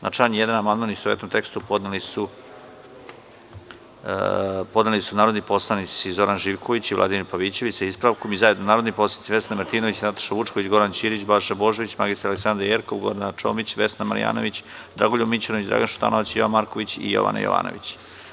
Na član 1. amandman u istovetnom tekstu podneli su narodni poslanici Zoran Živković i Vladimir Pavićević sa ispravkom, i zajedno narodni poslanici Vesna Martinović, Nataša Vučković, Goran Ćirić, Balša Božović, mr. Aleksandra Jerkov, Gordana Čomić, Vesna Marjanović, Dragoljub Mićunović, Dragan Šutanovac, Jovan Marković i Jovana Jovanović.